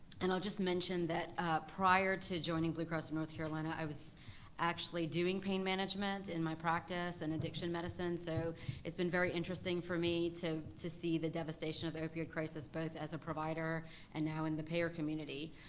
and i'll just mention that prior to joining blue cross of north carolina, i was actually doing pain management in my practice in and addiction medicine, so it's been very interesting for me to to see the devastation of the opioid crisis, both as a provider and now in the payer community.